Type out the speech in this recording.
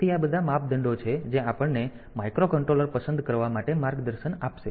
તેથી આ માપદંડો છે જે આપણને માઇક્રોકન્ટ્રોલર પસંદ કરવા માટે માર્ગદર્શન આપશે